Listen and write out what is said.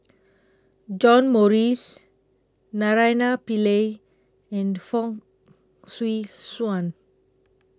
John Morrice Naraina Pillai and Fong Swee Suan